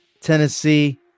Tennessee